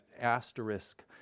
asterisk